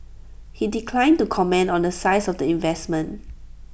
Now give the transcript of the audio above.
he declined to comment on the size of the investment